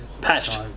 Patched